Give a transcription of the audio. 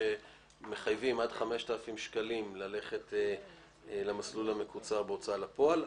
שמחייבים בו עד 5,000 שקלים ללכת למסלול המקוצר בהוצאה לפועל.